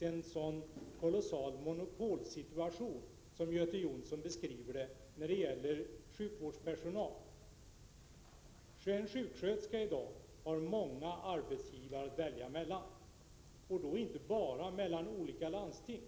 en så utpräglad monopolsituation som den Göte Jonsson beskriver när det gäller sjukvårdspersonal. En sköterska har i dag många arbetsgivare att välja mellan, och då inte bara mellan olika landsting.